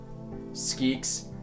Skeek's